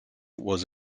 was